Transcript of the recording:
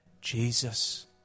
Jesus